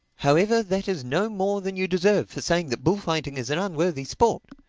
however, that is no more than you deserve for saying that bullfighting is an unworthy sport.